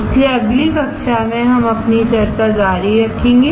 इसलिए अगली कक्षा में हम अपनी चर्चा जारी रखेंगे